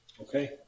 Okay